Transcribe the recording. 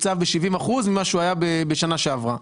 ב-70% ממה שהוא היה בשנה שעברה.